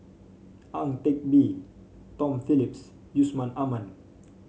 Ang Teck Bee Tom Phillips Yusman Aman